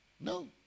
no